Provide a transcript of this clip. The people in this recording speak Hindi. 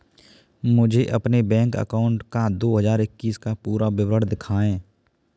मुझे अपने बैंक अकाउंट का दो हज़ार इक्कीस का पूरा विवरण दिखाएँ?